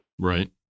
Right